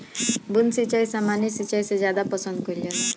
बूंद सिंचाई सामान्य सिंचाई से ज्यादा पसंद कईल जाला